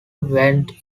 went